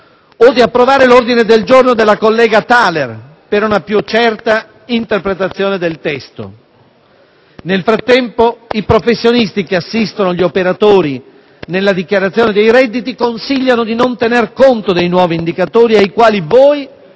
o di approvare l'ordine del giorno della collega Thaler Ausserhofer, per una più certa interpretazione del testo. Nel frattempo, i professionisti che assistono gli operatori nella dichiarazione dei redditi consigliano di non tener conto dei nuovi indicatori ai quali voi